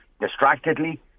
distractedly